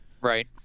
Right